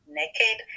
naked